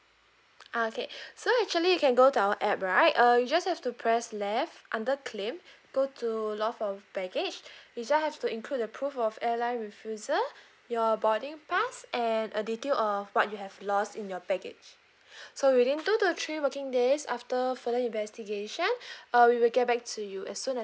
ah okay so actually you can go to our app right uh you just have to press left under claim go to loss of baggage you just have to include the proof of airline refusal your boarding pass and a detail of what you have lost in your baggage so within two to three working days after further investigation uh we will get back to you as soon as